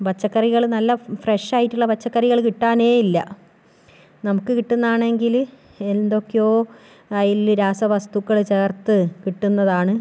പച്ചക്കറികള് നല്ല ഫ്രഷ് ആയിട്ടുള്ള പച്ചക്കറികള് കിട്ടാനേ ഇല്ല നമുക്ക് കിട്ടുന്നത് ആണെങ്കില് എന്തൊക്കെയോ അതില് രാസവസ്തുക്കള് ചേർത്ത് കിട്ടുന്നതാണ്